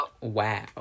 wow